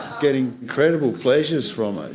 getting incredible pleasures from it.